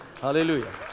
Hallelujah